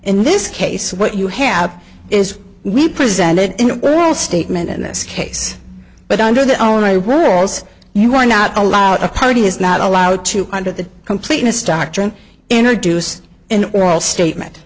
in this case what you have is we presented in a statement in this case but under the only rules you are not allowed a party is not allowed to under the completeness doctrine introduced in oral statement